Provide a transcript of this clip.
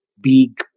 big